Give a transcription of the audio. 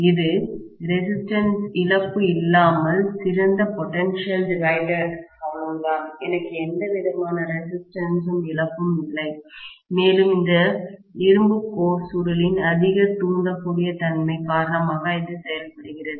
இது ரெசிஸ்டன்ஸ் இழப்பு இல்லாமல் சிறந்த பொட்டன்ஷியல் டிவைடர் அவ்வளவுதான் எனக்கு எந்தவிதமான ரெசிஸ்டன்ஸ் இழப்பும் இல்லை மேலும் இந்த இரும்பு கோர் சுருளின் அதிக தூண்டக்கூடிய தன்மை காரணமாக இது செயல்படுகிறது